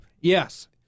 Yes